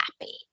happy